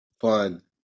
fun